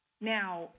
Now